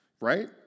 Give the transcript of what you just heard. Right